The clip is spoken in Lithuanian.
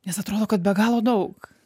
nes atrodo kad be galo daug